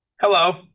Hello